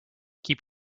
keep